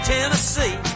Tennessee